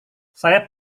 saya